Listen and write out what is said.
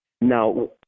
now